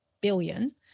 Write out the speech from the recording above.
billion